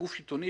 גוף שלטוני,